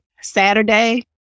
Saturday